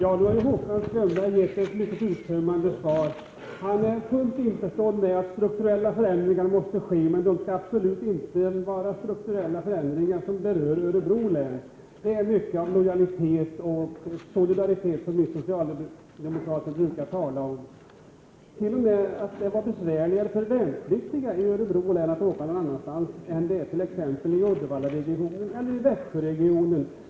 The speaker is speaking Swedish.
Fru talman! Håkan Strömberg har gett ett mycket uttömmande svar. Han är fullt införstådd med att strukturella förändringar måste ske, men det skall absolut inte vara strukturella förändringar som berör Örebro län. Det är mycket av lojalitet och solidaritet, som ni socialdemokrater brukar tala om. Det skulle t.o.m. vara besvärligare för värnpliktiga i Örebro län att åka någon annanstans än det är för värnpliktiga t.ex. i Uddevallaregionen eller Växjöregionen.